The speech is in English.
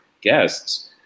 guests